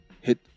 hit